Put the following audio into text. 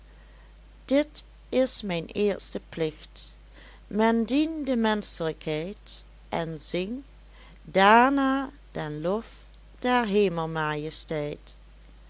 dit is mijn eerste plicht men dien de menschlijkheid en zing daarnà den lof der hemelmajesteit